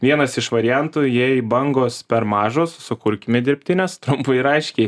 vienas iš variantų jei bangos per mažos sukurkime dirbtines trumpai ir aiškiai